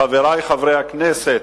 חברי חברי הכנסת,